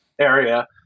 area